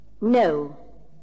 No